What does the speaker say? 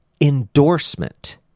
endorsement